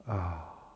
ah